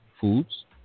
foods